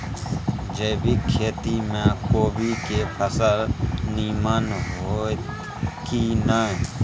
जैविक खेती म कोबी के फसल नीमन होतय की नय?